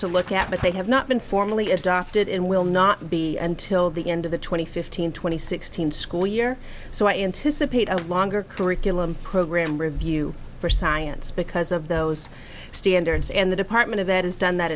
to look at but they have not been formally adopted and will not be until the end of the two thousand and fifteen twenty sixteen school year so anticipate a longer curriculum program review for science because of those standards and the department of that has done that